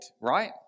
right